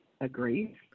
Agreed